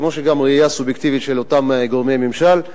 כמו הראייה הסובייקטיבית של אותם גורמי ממשל.